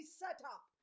setup